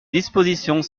dispositions